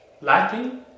lacking